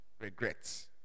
regrets